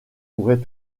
pourrait